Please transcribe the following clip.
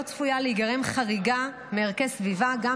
לא צפויה להיגרם חריגה מערכי סביבה גם